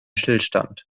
stillstand